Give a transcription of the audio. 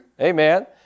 Amen